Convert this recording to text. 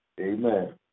Amen